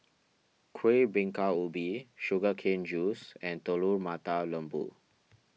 Kuih Bingka Ubi Sugar Cane Juice and Telur Mata Lembu